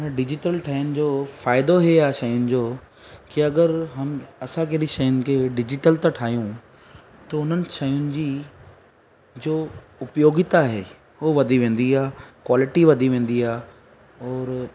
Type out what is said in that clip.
हाणे डिजिटल ठहण जो फ़ाइदो इहे आहे शयुनि जो की अगरि हम असां केॾी शयुनि खे डिजिटल था ठाहियूं त हुननि शयुनि जी जो उपयोगिता आहे उहो वधी वेंदी आहे क्वालिटी वधी वेंदी आहे और